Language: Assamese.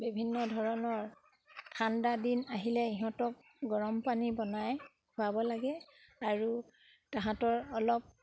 বিভিন্ন ধৰণৰ ঠাণ্ডাদিন আহিলে ইহঁতক গৰমপানী বনাই খোৱাব লাগে আৰু তাহাঁতৰ অলপ